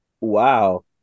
wow